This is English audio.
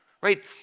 Right